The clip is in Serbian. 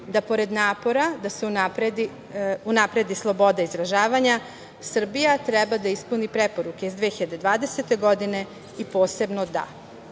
da pored napora, da se unapredi sloboda izražavanja. Srbija treba da ispuni preporuke iz 2020. godine i posebno da